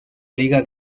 liga